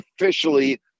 officially